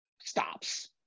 stops